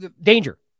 danger